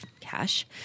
cash